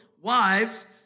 wives